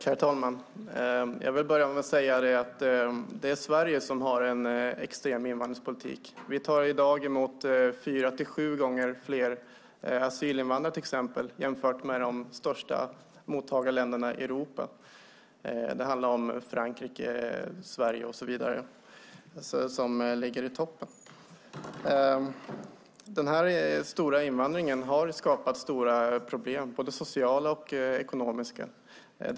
Herr talman! Sverige har en extrem invandringspolitik. Vi tar i dag emot fyra till sju gånger fler asylinvandrare än de största mottagarländerna i Europa, till exempel Frankrike. Den stora invandringen har skapat stora problem både socialt och ekonomiskt.